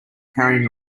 carrying